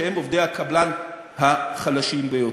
שהם עובדי הקבלן החלשים ביותר.